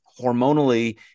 Hormonally